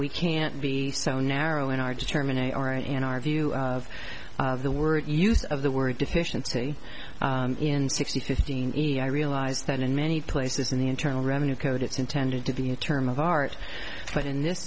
we can't be so narrow in our determine a or in our view of the word use of the word deficiency in sixty fifteen i realize that in many places in the internal revenue code it's intended to be a term of art but in this